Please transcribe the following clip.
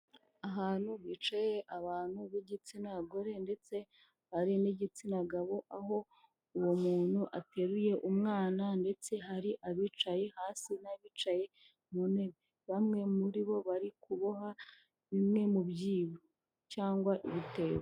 Ahantu hicaye abantu b'igitsina gore ndetse hari n'igitsina gabo aho uwo muntu ateruye umwana ndetse hari abicaye hasi n'abicaye mu ntebe, bamwe muri bo bari kuboha bimwe mu byibo cyangwa ibitebo.